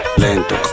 Lento